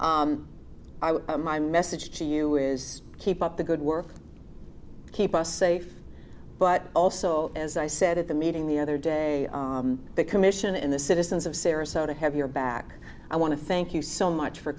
are my message to you is keep up the good work keep us safe but also as i said at the meeting the other day that commission in the citizens of sarasota have your back i want to thank you so much for